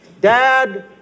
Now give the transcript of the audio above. Dad